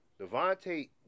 Devontae